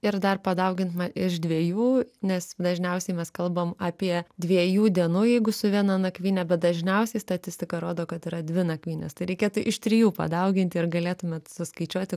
ir dar padaugintume iš dviejų nes dažniausiai mes kalbam apie dviejų dienų jeigu su viena nakvyne bet dažniausiai statistika rodo kad yra dvi nakvynės tai reikėtų iš trijų padauginti ir galėtumėt suskaičiuoti